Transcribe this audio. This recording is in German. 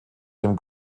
dem